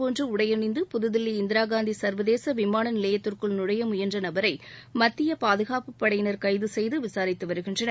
போன்று உடையணிந்து புதுதில்லி இந்திரா காந்தி சர்வதேச விமான பைலட் விமான நிலையத்திற்குள் நுழைய முயன்ற நபரை மத்திய பாதுகாப்பு படையினர் கைது கெய்து விசாரித்து வருகின்றனர்